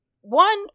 One